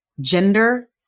gender